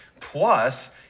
plus